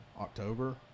October